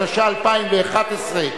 התשע"א 2011,